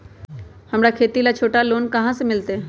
हमरा खेती ला छोटा लोने कहाँ से मिलतै?